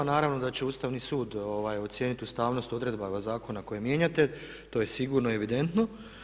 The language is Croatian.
Naravno da će Ustavni sud ocijeniti ustavnost odredaba zakona kojeg mijenjate to je sigurno i evidentno.